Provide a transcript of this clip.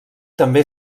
també